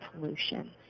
pollution